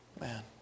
man